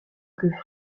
que